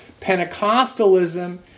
Pentecostalism